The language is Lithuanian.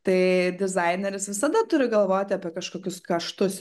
tai dizaineris visada turi galvoti apie kažkokius kaštus